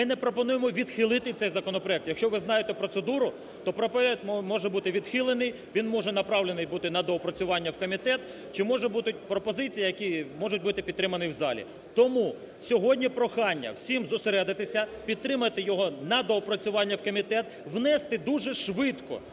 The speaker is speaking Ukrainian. ми не пропонуємо відхилити цей законопроект. Якщо ви знаєте процедуру, то законопроект може бути відхилений, він може направлений бути на доопрацювання в комітет, чи може будуть пропозиції, які можуть бути підтримані в залі. Тому сьогодні прохання: всім зосередитися, підтримати його на доопрацювання в комітет, внести дуже швидко